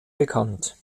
bekannt